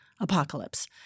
Apocalypse